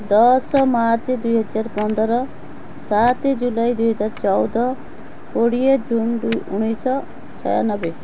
ଦଶ ମାର୍ଚ୍ଚ ଦୁଇ ହଜାର ପନ୍ଦର ସାତ ଜୁଲାଇ ଦୁଇ ହଜାର ଚଉଦ କୋଡ଼ିଏ ଜୁନ ଦୁଇ ଉଣେଇଶହ ଛୟାନବେ